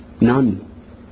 None